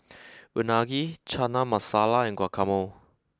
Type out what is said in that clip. Unagi Chana Masala and Guacamole